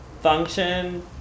function